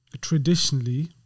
traditionally